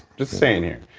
just saying it.